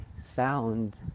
sound